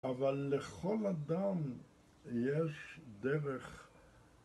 אבל לכל אדם יש דרך.